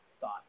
thought